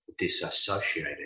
disassociating